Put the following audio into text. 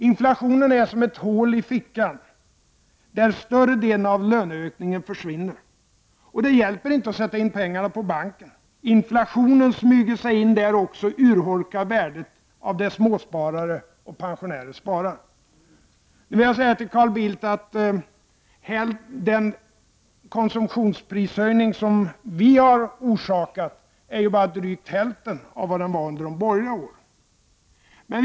Inflationen är som ett hål i fickan, där större delen av löneökningen försvinner. Det hjälper inte att sätta in pengarna på banken. Inflationen smyger sig in där också och urholkar värdet av det som småsparare och pensionärer sparar. Jag vill här till Carl Bildt säga att den konsumtionsprishöjning som vi har orsakat endast är drygt hälften av vad den var under de borgerliga åren.